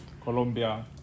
Colombia